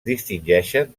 distingeixen